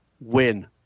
win